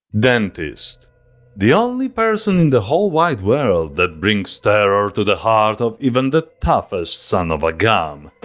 dentist the only person in the whole wide world that brings terror to the heart of even the toughest son of a gum.